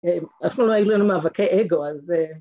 ‫אנחנו, לא היו לנו מאבקי אגו, אז...